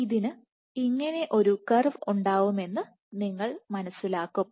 ഇതിന് ഇങ്ങനെ ഒരു കർവ് ഉണ്ടാവുമെന്ന് നിങ്ങൾ മനസ്സിലാക്കും